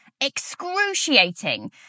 excruciating